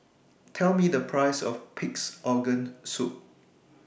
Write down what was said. Tell Me The Price of Pig'S Organ Soup